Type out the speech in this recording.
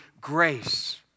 grace